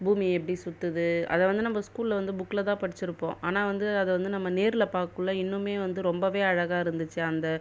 பூமி எப்படி சுற்றுது அதை வந்து நம்ம ஸ்கூலில் வந்து புக்கில் தான் படிச்சிருப்போம் ஆனால் வந்து அதை வந்து நம்ம நேரில் பார்க்கக்குள்ள இன்னுமே வந்து ரொம்பவே அழகாக இருந்துச்சு அந்த